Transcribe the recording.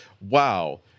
wow